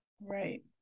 right